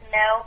no